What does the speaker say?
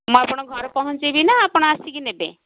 ମୁଁ ଆପଣଙ୍କ ଘରେ ପହଞ୍ଚେଇବେ ନା ଆପଣ ଆସିକି ନେବେ